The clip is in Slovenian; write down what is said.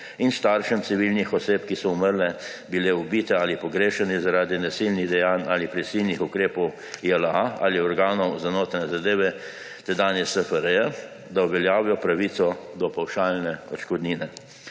in staršem civilnih oseb, ki so umrle, bile ubite ali pogrešane zaradi nasilnih dejanj ali prisilnih ukrepov JLA ali organov za notranje zadeve tedanje SFRJ, da uveljavijo pravico do pavšalne odškodnine.